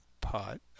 pot